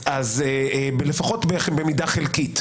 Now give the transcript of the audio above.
אלא בגלל שהם הצביעו לש"ס, לפחות במידה חלקית.